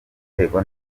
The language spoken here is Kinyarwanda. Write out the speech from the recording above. gutegwa